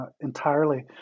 Entirely